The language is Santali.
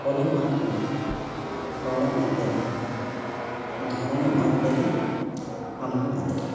ᱚᱞᱮᱢ ᱟᱫ ᱞᱮᱨᱮ ᱨᱚᱲᱮᱢ ᱟᱫ ᱞᱮᱨᱮ ᱫᱷᱚᱨᱚᱢᱮᱢ ᱟᱫ ᱞᱮᱨᱮ ᱟᱢ ᱦᱚᱸᱢ ᱟᱫᱚᱜ